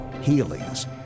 healings